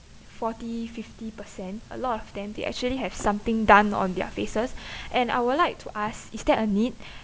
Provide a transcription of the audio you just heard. forty fifty per cent a lot of them they actually have something done on their faces and I would like to ask is that a need